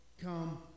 come